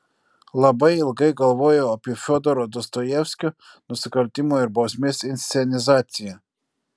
labai ilgai galvojau apie fiodoro dostojevskio nusikaltimo ir bausmės inscenizaciją